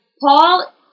Paul